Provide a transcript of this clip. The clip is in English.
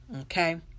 Okay